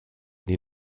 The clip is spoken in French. les